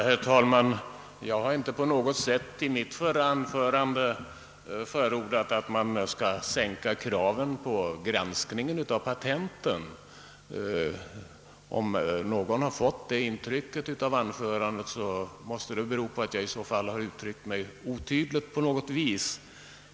Herr talman! Jag har inte i mitt förra anförande på något sätt förordat en sänkning av kraven på granskning en av patentansökningar. Om någon har fått det intrycket av mitt anförande, måste det bero på att jag har uttryckt mig otydligt.